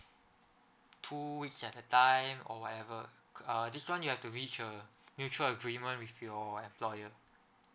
two weeks at a time or whatever uh this one you have to reach a mutual agreement with your employer